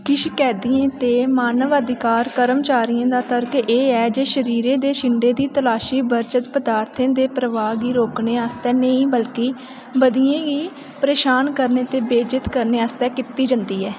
किश कैदियें ते मानवाधिकार कर्मचारियें दा तर्क ऐ जे शरीरै दे छिंडें दी तलाशी बरजत पदार्थें दे परवाह् गी रोकने आस्तै नेईं बल्के बदियें गी परेशान करने ते बेइज्जत करने आस्तै कीती जंदी ऐ